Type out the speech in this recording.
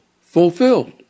fulfilled